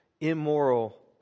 immoral